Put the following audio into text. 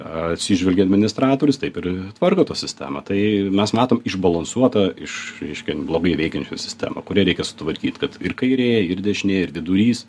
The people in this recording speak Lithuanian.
atsižvelgia administratorius taip ir tvarko tą sistemą tai mes matom išbalansuotą iš reiškia blogai veikiančią sistemą kurią reikia sutvarkyt kad ir kairė ir dešinė ir vidurys